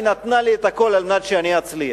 היא נתנה לי את הכול על מנת שאני אצליח.